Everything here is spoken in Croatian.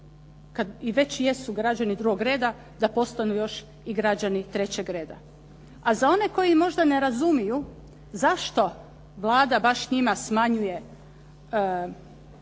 kad i već jesu građani drugog reda da postanu još i građani trećeg reda. A za one koji možda ne razumiju zašto Vlada baš njima smanjuje